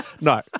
No